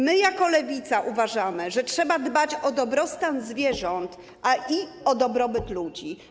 My jako Lewica uważamy, że trzeba dbać o dobrostan zwierząt i o dobrobyt ludzi.